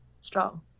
strong